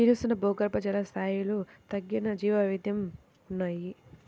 క్షీణిస్తున్న భూగర్భజల స్థాయిలు తగ్గిన జీవవైవిధ్యం ఉన్నాయి